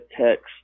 text